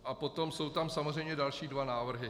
A potom jsou tam samozřejmě další dva návrhy.